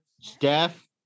Steph